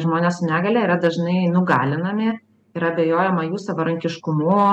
žmonės su negalia yra dažnai nugalinami yra abejojama jų savarankiškumu